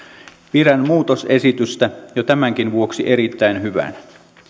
pidän muutosesitystä jo tämänkin vuoksi erittäin hyvänä